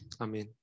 Amen